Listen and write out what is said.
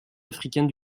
africaine